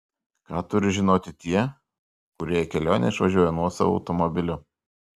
ką turi žinoti tie kurie į kelionę išvažiuoja nuosavu automobiliu